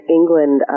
England